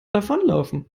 davonlaufen